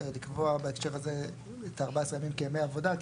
לקבוע בהקשר הזה את ה-14 ימים כימי עבודה.